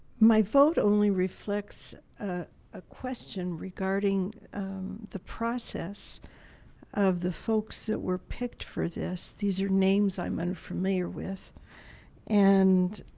my vote only reflects a question regarding the process of the folks that were picked for this these are names. i'm unfamiliar with and